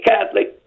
Catholic